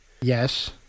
Yes